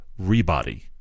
rebody